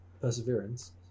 Perseverance